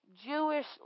Jewish